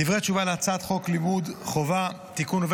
דברי תשובה על הצעת חוק לימוד חובה (תיקון,